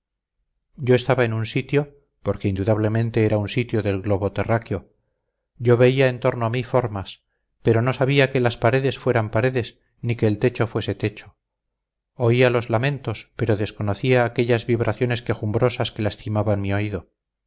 yo estaba en un sitio porque indudablemente era un sitio del globo terráqueo yo veía en torno a mí formas pero no sabía que las paredes fueran paredes ni que el techo fuese techo oía los lamentos pero desconocía aquellas vibraciones quejumbrosas que lastimaban mi oído